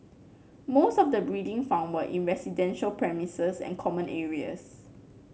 most of the breeding found were in residential premises and common areas